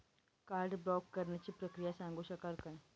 Card block करण्याची प्रक्रिया सांगू शकाल काय?